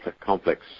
complex